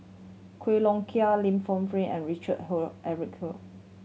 Quek Long Kiong Li Lienfung and Richard Eric